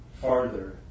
farther